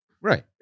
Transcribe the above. Right